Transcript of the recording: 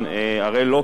הראל לוקר,